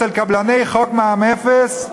אצל קבלני חוק מע"מ אפס?